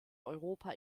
europa